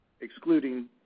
excluding